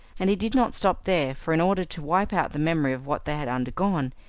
and he did not stop there for in order to wipe out the memory of what they had undergone,